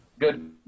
Good